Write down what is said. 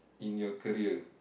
in your career